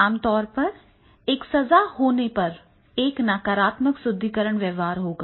आम तौर पर एक सजा होने पर एक नकारात्मक सुदृढीकरण व्यवहार होगा